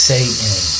Satan